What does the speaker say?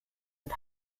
und